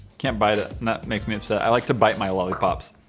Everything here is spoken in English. can't bite it and that makes me upset. i like to bite my lollipops